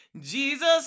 Jesus